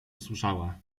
usłyszała